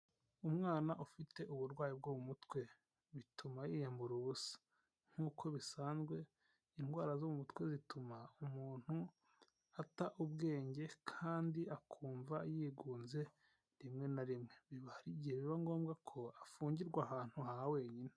Umwana ufite uburwayi bwo mu mutwe bituma yiyambura ubusa nk'uko bisanzwe indwara zo mu mutwe zituma umuntu ata ubwenge kandi akumva yigunze rimwe na rimwe, biba hari igihe biba ngombwa ko afungirwa ahantu hawenyine.